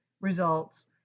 results